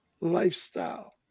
lifestyle